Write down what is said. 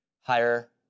higher